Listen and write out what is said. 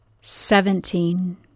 Seventeen